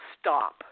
stop